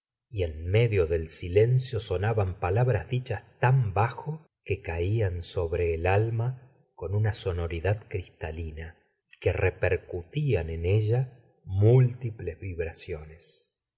y en medio del silencio sonaban palabras dichas tan la señora de bovary bajo que caían sobre el alma con una sonoridad cristalina y que repercutían en ella múltiples vibraciones